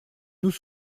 nous